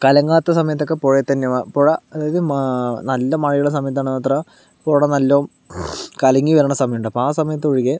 കലങ്ങാത്ത സമയത്തൊക്കെ പുഴയിൽ തന്നെയാണ് പുഴ അതായത് മാ നല്ല മഴയുള്ള സമയത്ത് മാത്രം ഇപ്പം അവിടെ നല്ല കലങ്ങി വരണ സമയമുണ്ട് അപ്പം ആ സമയത്തൊഴികേ